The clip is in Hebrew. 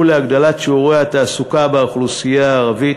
להגדלת שיעורי התעסוקה באוכלוסייה הערבית: